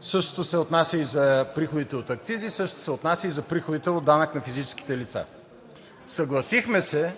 същото се отнася и за приходите от акцизи, същото се отнася и за приходите от данък на физическите лица. Съгласихме се